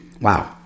wow